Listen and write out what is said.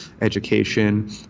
education